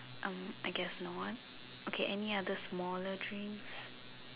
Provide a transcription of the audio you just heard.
um I guess no one okay any other smaller drinks